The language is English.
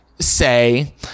say